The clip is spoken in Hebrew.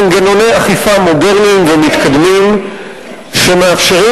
מנגנוני אכיפה מודרניים ומתקדמים שמאפשרים